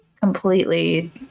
completely